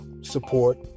support